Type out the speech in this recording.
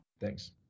Thanks